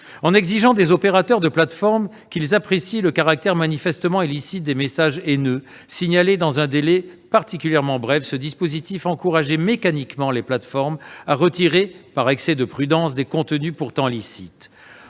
En exigeant des opérateurs de plateformes qu'ils apprécient le caractère manifestement illicite des messages haineux signalés dans un délai particulièrement bref, ce dispositif encourage mécaniquement les plateformes à retirer, par excès de prudence, des contenus pourtant licites.